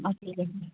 অঁ ঠিক আছে